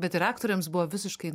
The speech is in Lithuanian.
bet ir aktoriams buvo visiškai